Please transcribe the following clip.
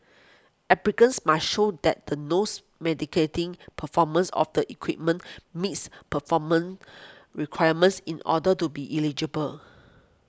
applicants must show that the nose mitigating performance of the equipment meets performance requirements in order to be eligible